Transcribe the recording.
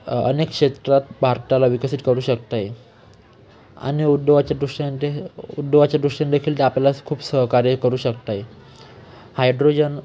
अनेक क्षेत्रात भारताला विकसित करू शकताय आणि उद्योगाच्या दृष्टीने ते उद्द्योगाच्या दृष्टीने देखील ते आपल्याला खूप सहकार्य करू शकताय हायड्रोजन